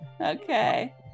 Okay